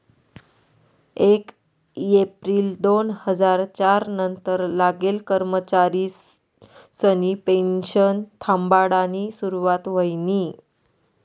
येक येप्रिल दोन हजार च्यार नंतर लागेल कर्मचारिसनी पेनशन थांबाडानी सुरुवात व्हयनी